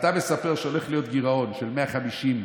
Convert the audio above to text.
ואתה מספר שהולך להיות גירעון של 150,